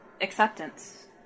acceptance